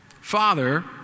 Father